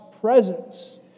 presence